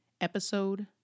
episode